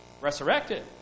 Resurrected